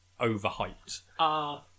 overhyped